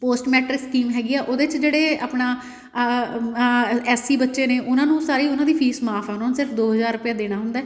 post matric scheme ਹੈਗੀ ਆ ਉਹਦੇ 'ਚ ਜਿਹੜੇ ਆਪਣਾ ਐੱਸ ਸੀ ਬੱਚੇ ਨੇ ਉਹਨਾਂ ਨੂੰ ਸਾਰੀ ਉਹਨਾਂ ਦੀ ਫੀਸ ਮਾਫ਼ ਆ ਉਹਨਾਂ ਨੂੰ ਸਿਰਫ ਦੋ ਹਜ਼ਾਰ ਰੁਪਿਆ ਦੇਣਾ ਹੁੰਦਾ